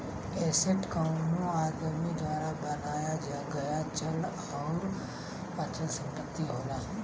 asset कउनो आदमी द्वारा बनाया गया चल आउर अचल संपत्ति होला